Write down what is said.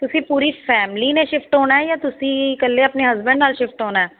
ਤੁਸੀਂ ਪੂਰੀ ਫੈਮਿਲੀ ਨੇ ਸ਼ਿਫਟ ਹੋਣਾ ਜਾਂ ਤੁਸੀਂ ਇਕੱਲੇ ਆਪਣੇ ਹਸਬੈਂਡ ਨਾਲ ਸ਼ਿਫਟ ਹੋਣਾ